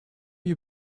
you